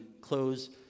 close